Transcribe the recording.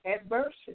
adversity